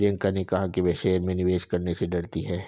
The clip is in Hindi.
प्रियंका ने कहा कि वह शेयर में निवेश करने से डरती है